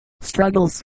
struggles